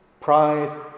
pride